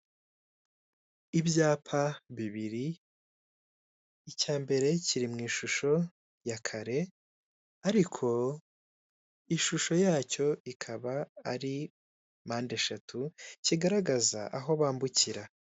Ibyapa biriri, icya mbere kiri mu ishusho ya kare, ariko ishusho yacyo ikaba ari mpande eshatu, kigaragaza aho bambukira.